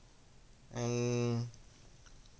hmm